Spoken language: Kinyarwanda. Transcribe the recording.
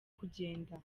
kugenda